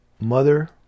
mother